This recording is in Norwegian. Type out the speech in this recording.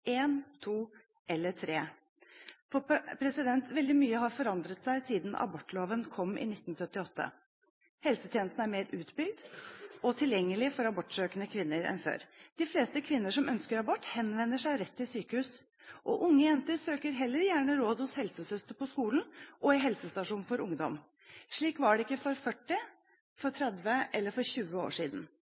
to eller tre. Veldig mye har forandret seg siden abortloven kom i 1978. Helsetjenesten er mer utbygd og tilgjengelig for abortsøkende kvinner enn før. De fleste kvinner som ønsker abort, henvender seg rett til sykehus, og unge jenter søker heller gjerne råd hos helsesøster på skolen og i helsestasjon for ungdom. Slik var det ikke for 40, 30 eller 20 år siden.